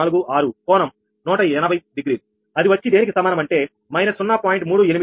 3846 కోణం 180 డిగ్రీ అది వచ్చి దేనికి సమానం అంటే −0